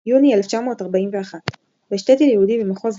יוני 1941. בשטעטל יהודי במחוז לבוב,